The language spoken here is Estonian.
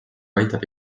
aitab